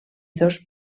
dos